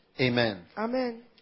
Amen